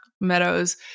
meadows